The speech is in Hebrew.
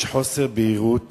יש חוסר בהירות